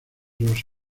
los